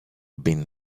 been